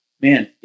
Man